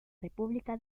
república